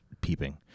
peeping